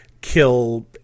kill